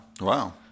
Wow